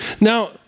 Now